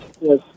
Yes